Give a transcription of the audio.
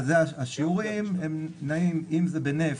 השיעורים נעים אם זה בנפט,